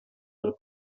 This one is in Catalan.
del